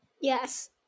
Yes